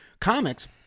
comics